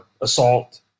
assault